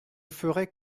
ferai